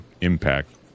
impact